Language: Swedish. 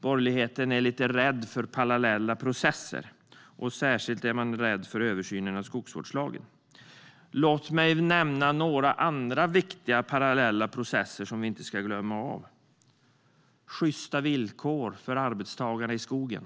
Borgerligheten är lite rädd för parallella processer. Man är särskilt rädd för översynen av skogsvårdslagen. Låt mig nämna några andra viktiga parallella processer som vi inte ska glömma. En process gäller sjysta villkor för arbetstagarna i skogen.